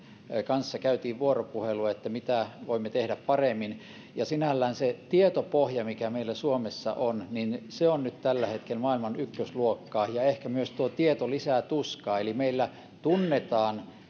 kanssa käytiin vuoropuhelua siitä mitä voimme tehdä paremmin sinällään se tietopohja mikä meillä suomessa on on nyt tällä hetkellä maailman ykkösluokkaa ja ehkä myös tuo tieto lisää tuskaa eli meillä tunnetaan